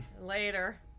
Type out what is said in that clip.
Later